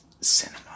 cinema